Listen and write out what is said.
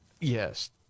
Yes